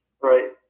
Right